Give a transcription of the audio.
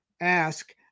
ask